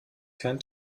kein